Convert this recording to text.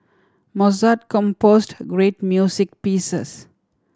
Mozart composed great music pieces